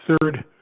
third